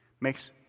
makes